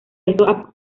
esto